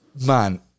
Man